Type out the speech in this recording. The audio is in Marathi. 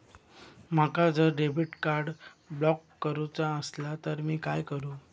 माका जर डेबिट कार्ड ब्लॉक करूचा असला तर मी काय करू?